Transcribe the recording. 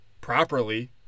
properly